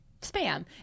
spam